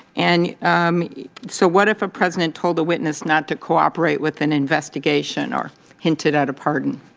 and um so what if a president told the witness not to cooperate with an investigation or hinted at a pardon?